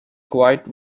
quite